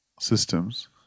systems